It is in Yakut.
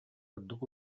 ордук